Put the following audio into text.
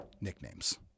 nicknames